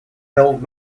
old